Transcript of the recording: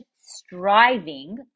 striving